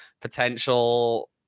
potential